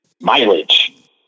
Mileage